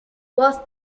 was